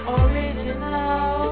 original